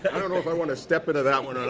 i don't know if i want to step into that one or